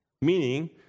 Meaning